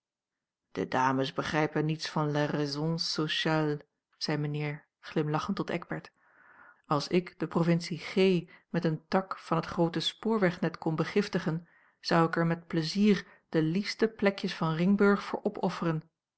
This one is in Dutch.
de dames begrijpen niets van la raison sociale zei mijnheer glimlachend tot eckbert als ik de provincie g met een tak van het groote spoorwegnet kon begiftigen zou ik er met plezier de liefste plekjes van ringburg voor opofferen